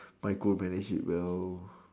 micromanage it you know